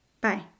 Bye